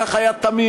כך היה תמיד,